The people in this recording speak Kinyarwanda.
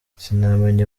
sinamenya